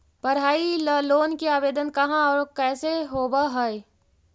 पढाई ल लोन के आवेदन कहा औ कैसे होब है?